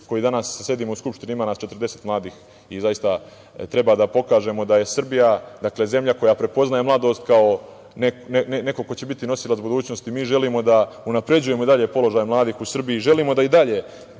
koji danas sedimo u Skupštini, ima nas 40 mladih, zaista treba da pokažemo da je Srbija zemlja koja prepoznaje mladost kao neko ko će biti nosilac budućnosti. Mi želimo da unapređujemo i dalje položaj mladih u Srbiji i želimo da se i dalje